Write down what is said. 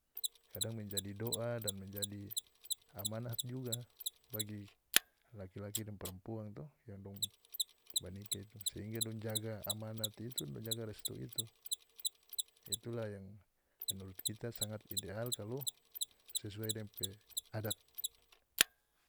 Kadang menjadi doa dan menjadi amanat juga bagi laki-laki deng parampuang toh yang dong ba nikah itu sehingga dong jaga amanat itu dong jaga restu itu itulah yang menurut kita sangat ideal kalu sesuai deng pe adat.